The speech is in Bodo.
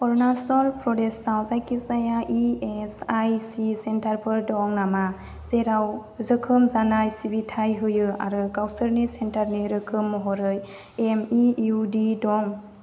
अरुनाचल प्रदेशआव जायखिजाया इएसआईसि सेन्टारफोर दं नामा जेराव जोखोम जानाय सिबिथाय होयो आरो गावसोरनि सेन्टारनि रोखोम महरै एमइउडि दं